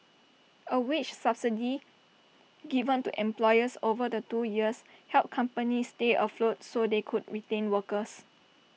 A wage subsidy given to employers over the two years help companies stay afloat so they could retain workers